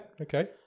okay